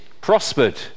prospered